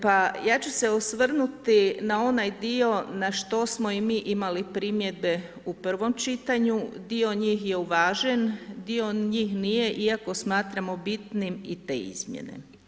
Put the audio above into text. Pa ja ću se osvrnuti na onaj dio na što smo i mi imali primjedbe u prvom čitanju, dio njih je uvažen, dio njih nije iako smatramo bitnim i te izmjene.